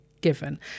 given